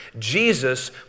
Jesus